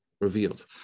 revealed